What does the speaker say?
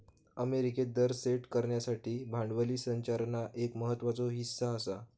अमेरिकेत दर सेट करण्यासाठी भांडवली संरचना एक महत्त्वाचो हीस्सा आसा